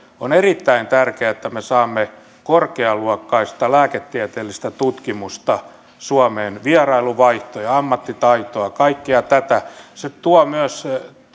on erittäin tärkeää että me saamme korkealuokkaista lääketieteellistä tutkimusta suomeen vierailuvaihtoja ammattitaitoa kaikkea tätä se tuo myös